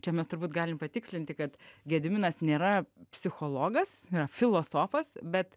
čia mes turbūt galim patikslinti kad gediminas nėra psichologas filosofas bet